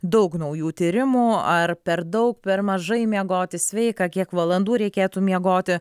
daug naujų tyrimų ar per daug per mažai miegoti sveika kiek valandų reikėtų miegoti